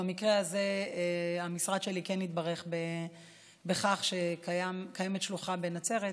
במקרה הזה המשרד שלי כן התברך בכך שקיימת שלוחה בנצרת,